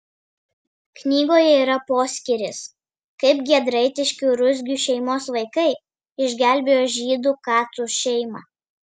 knygoje yra poskyris kaip giedraitiškių ruzgių šeimos vaikai išgelbėjo žydų kacų šeimą